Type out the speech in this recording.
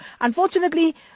Unfortunately